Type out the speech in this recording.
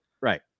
Right